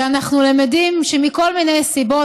שאנחנו למדים שמכל מיני סיבות,